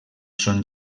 son